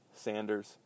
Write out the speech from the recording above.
Sanders